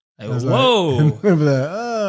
Whoa